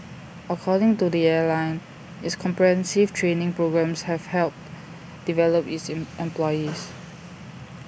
according to the airline its comprehensive training programmes have helped develop its employees